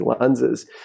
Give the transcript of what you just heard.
lenses